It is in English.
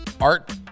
Art